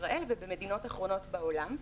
בישראל ובמדינות אחרות בעולם.